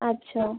আচ্ছা